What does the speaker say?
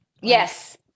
Yes